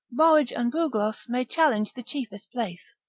borage and bugloss may challenge the chiefest place,